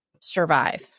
survive